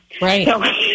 Right